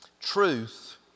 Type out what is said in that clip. truth